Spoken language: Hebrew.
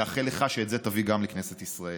אני מאחל לך שאת זה תביא גם לכנסת ישראל.